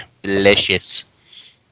Delicious